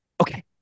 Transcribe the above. Okay